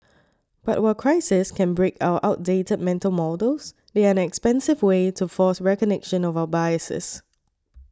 but while crises can break our outdated mental models they are an expensive way to force recognition of our biases